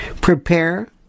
Prepare